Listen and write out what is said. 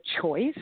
choice